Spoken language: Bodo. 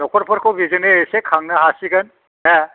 नख'रफोरखौ बेजोंनो एसे खांनो हासिगोन हो